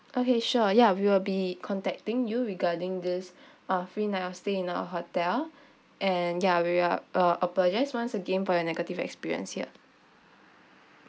okay sure ya we will be contacting you regarding this uh free night of stay in our hotel and ya we are uh apologise once again for your negative experience here